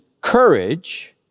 courage